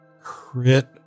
crit